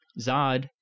Zod